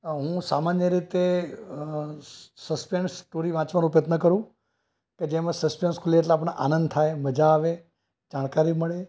અ હું સામાન્ય રીતે અ સસ્પેન્સ સ્ટોરી વાંચવાનો પ્રયત્ન કરું કે જેમાં સસ્પેન્સ ખૂલે એટલે આપણને આનંદ થાય મજા આવે જાણકારી મળે